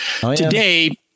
today